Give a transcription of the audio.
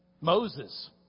Moses